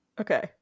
okay